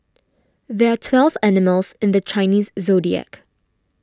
there are twelve animals in the Chinese zodiac